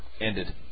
ended